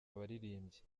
abaririmbyi